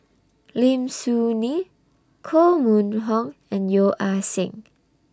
Lim Soo Ngee Koh Mun Hong and Yeo Ah Seng